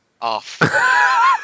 off